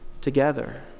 together